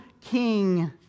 king